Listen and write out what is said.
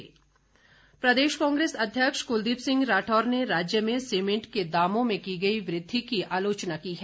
कांग्रेस प्रदेश कांग्रेस अध्यक्ष क्लदीप सिंह राठौर ने राज्य में सीमेंट के दामों में की गई वृद्धि की आलोचना की है